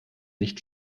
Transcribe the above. nicht